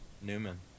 Newman